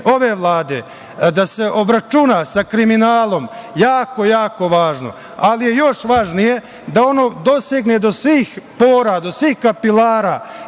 ove Vlade da se obračuna sa kriminalom jako važno, ali je još važnije da ono dosegne do svih pora, do svih kapilara